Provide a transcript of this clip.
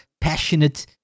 passionate